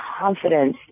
confidence